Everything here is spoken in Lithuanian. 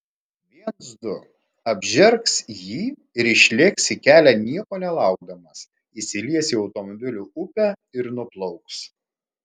viens du apžergs jį ir išlėks į kelią nieko nelaukdamas įsilies į automobilių upę ir nuplauks